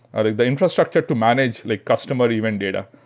like the infrastructure to manage like customer event data.